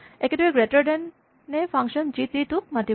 একেদৰেই greater than a function G T টোক মাতিব